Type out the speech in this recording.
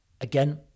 Again